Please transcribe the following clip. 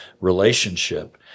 relationship